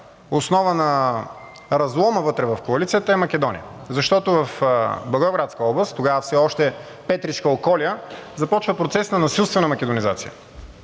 основа на разлома вътре в коалицията, е Македония, защото в Благоевградска област – тогава все още Петричка околия, започва процес на насилствена македонизация.